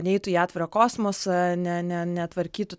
neitų į atvirą kosmosą ne ne netvarkytų